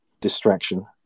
distraction